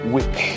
Weak